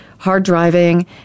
hard-driving